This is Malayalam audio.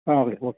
ആ അതെ ഓക്കെ